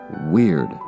Weird